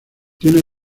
tiene